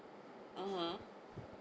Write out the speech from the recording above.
(uh huh)